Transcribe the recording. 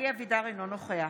אינו נוכח